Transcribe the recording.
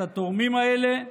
את התורמים האלה,